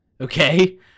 Okay